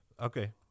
Okay